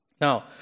Now